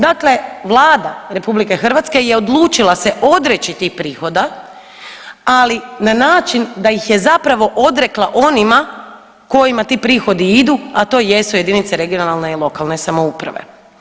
Dakle, Vlada Republike Hrvatske je odlučila se odreći tih prihoda, ali na način da ih je zapravo odrekla onima kojima ti prihodi idu, a to jesu jedinice regionalne i lokalne samouprave.